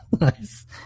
Nice